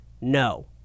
no